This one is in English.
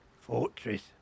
fortress